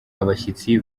abashyitsi